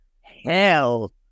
hell